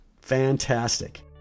Fantastic